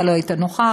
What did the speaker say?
אתה לא היית נוכח,